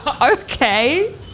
Okay